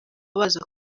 baza